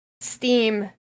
Steam